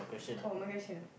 oh my question ah